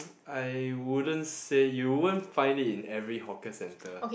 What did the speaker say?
I wouldn't say you won't find it in every hawker centre